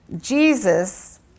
Jesus